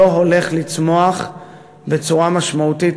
לא הולך לצמוח בצורה משמעותית,